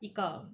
一个